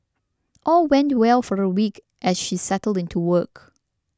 all went well for a week as she settled into work